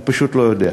אני פשוט לא יודע.